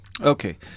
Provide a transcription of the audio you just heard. Okay